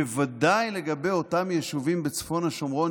בוודאי לגבי אותם יישובים בצפון השומרון,